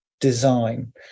design